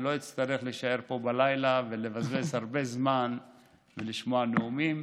ולא אצטרך להישאר פה בלילה ולבזבז הרבה זמן ולשמוע נאומים